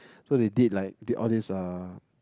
so they did like did all these uh